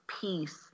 peace